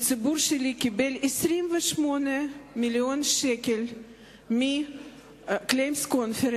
שהציבור שלי קיבל 28 מיליון שקלים מה-Claims Conference,